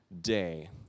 day